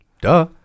Duh